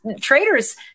traders